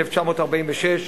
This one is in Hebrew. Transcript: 1946,